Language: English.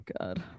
god